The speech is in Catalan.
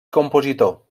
compositor